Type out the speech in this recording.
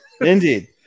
Indeed